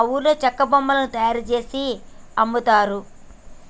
మా ఊర్లో చెక్క బొమ్మలు తయారుజేసి అమ్ముతారు